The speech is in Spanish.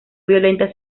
violentas